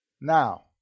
now